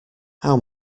how